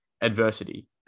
adversity